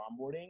onboarding